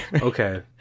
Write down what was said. okay